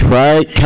right